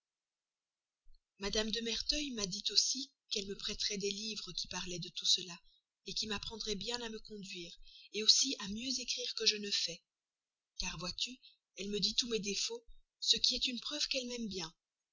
mme de merteuil m'a dit aussi qu'elle me prêterait des livres qui parlaient de tout cela qui m'apprendraient bien à me conduire aussi à mieux écrire que je ne fais car vois-tu elle me dit tous mes défauts ce qui est une preuve qu'elle m'aime bien